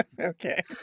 Okay